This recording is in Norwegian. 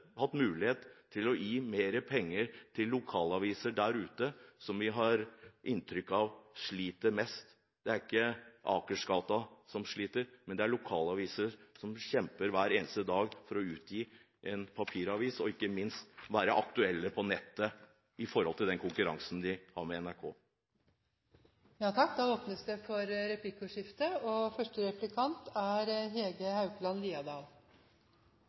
hatt mulighet til å gi mer penger til lokalaviser der ute, som vi har inntrykk av sliter mest. Det er ikke Akersgata som sliter, men det er lokalaviser som kjemper hver eneste dag for å utgi en papiravis, og ikke minst være aktuelle på nettet i forbindelse med den konkurransen de har med NRK. Det åpnes for replikkordskifte. I Norge har vi det som er blant verdens rikeste mediemangfold, og